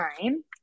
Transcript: time